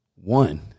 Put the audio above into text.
One